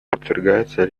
подвергается